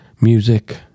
music